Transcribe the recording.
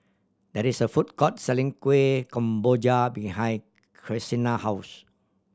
there is a food court selling Kueh Kemboja behind house